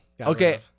okay